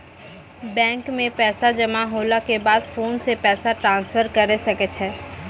bank मे पैसा जमा होला के बाद फोन से पैसा ट्रांसफर करै सकै छौ